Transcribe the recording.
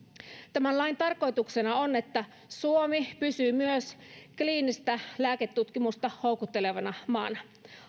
tämän lain tarkoituksena on että suomi pysyy myös kliinistä lääketutkimusta houkuttelevana maana